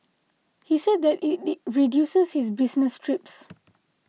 he said that it reduces his business trips